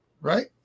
Right